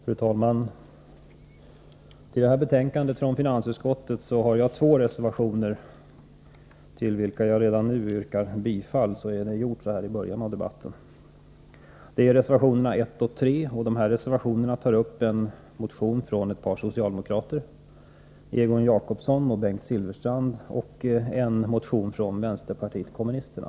Fru talman! Vid detta finansutskottets betänkande har jag två reservationer fogade till vilka jag redan nu yrkar bifall — så är den saken gjord i början av debatten. Det gäller reservationerna 1 och 3 i vilka tas upp en motion av ett par socialdemokrater, Egon Jacobsson och Bengt Silfverstrand, samt en motion från vänsterpartiet kommunisterna.